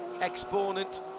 exponent